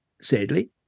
sadly